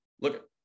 look